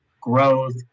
growth